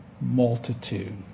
multitude